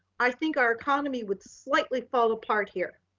i think our economy would slightly fall apart here.